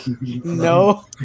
No